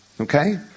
okay